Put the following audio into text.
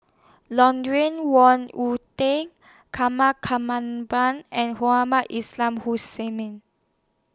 Lawrence Wong Tan and Hussain Mean